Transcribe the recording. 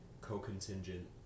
co-contingent